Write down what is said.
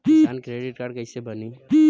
किसान credit card कइसे बानी?